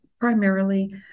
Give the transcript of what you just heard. primarily